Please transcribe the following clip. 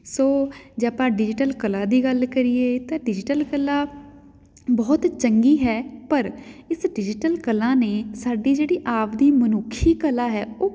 ਸੋ ਜੇ ਆਪਾਂ ਡਿਜੀਟਲ ਕਲਾ ਦੀ ਗੱਲ ਕਰੀਏ ਤਾਂ ਡਿਜੀਟਲ ਕਲਾ ਬਹੁਤ ਚੰਗੀ ਹੈ ਪਰ ਇਸ ਡਿਜੀਟਲ ਕਲਾ ਨੇ ਸਾਡੀ ਜਿਹੜੀ ਆਪ ਦੀ ਮਨੁੱਖੀ ਕਲਾ ਹੈ ਉਹ